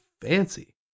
fancy